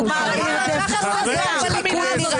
ככה זה נראה בליכוד.